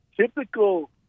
Typical